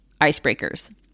icebreakers